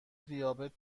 دیابت